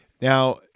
Now